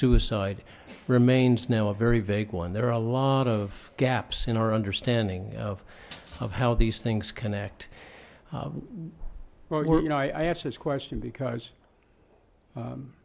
suicide remains now a very vague one there are a lot of gaps in our understanding of of how these things connect well you know i ask this question because